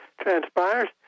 transpires